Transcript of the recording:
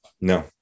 No